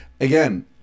again